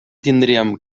tindríem